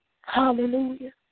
Hallelujah